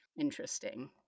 Interesting